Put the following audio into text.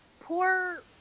Poor